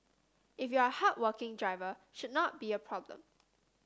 if you're a hardworking driver should not be a problem